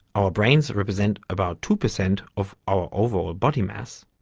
our brains represent about two percent of our overall ah body mass,